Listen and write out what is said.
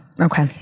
okay